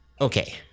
Okay